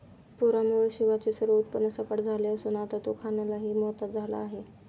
पूरामुळे शिवाचे सर्व उत्पन्न सपाट झाले असून आता तो खाण्यालाही मोताद झाला आहे